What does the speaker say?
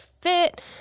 fit